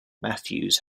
matthews